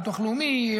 ביטוח לאומי,